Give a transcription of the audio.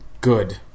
good